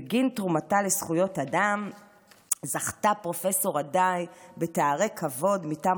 בגין תרומתה לזכויות אדם זכתה פרופ' רדאי בתוארי כבוד מטעם